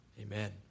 Amen